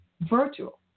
virtual